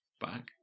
back